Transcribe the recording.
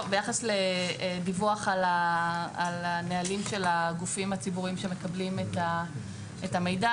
ביחס לדיווח על הנהלים של הגופים הציבוריים שמקבלים את המידע,